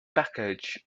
package